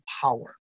power